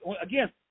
again